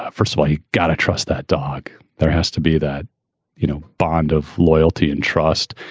first of all, you got to trust that dog. there has to be that you know bond of loyalty and trust.